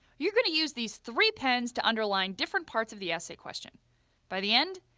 you're going to use these three pens to underline different parts of the essay question by the end,